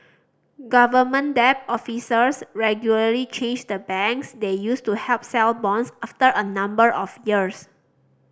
government debt officers regularly change the banks they use to help sell bonds after a number of years